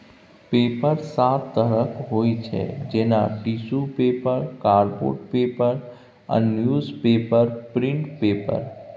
paper सात तरहक होइ छै जेना टिसु पेपर, कार्डबोर्ड पेपर आ न्युजपेपर प्रिंट पेपर